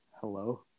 Hello